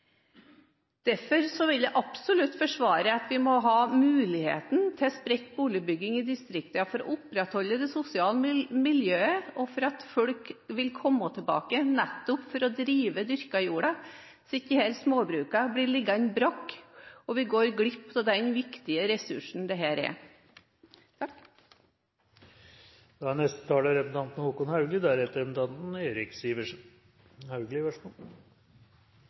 Derfor vil jeg absolutt forsvare at vi må ha muligheten til spredt boligbygging i distriktene for å opprettholde det sosiale miljøet, og for at folk skal ville komme tilbake nettopp for å drive den dyrkede jorda så ikke småbrukene blir liggende brakk, og vi går glipp av den viktige ressursen dette er. Bærum kommunestyre er